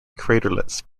craterlets